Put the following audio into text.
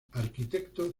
arquitecto